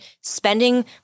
spending